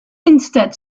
instead